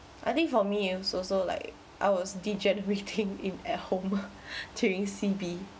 I think for me it was also like I was degenerating in at home during C_B